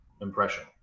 impression